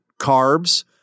carbs